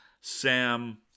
Sam